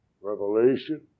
revelation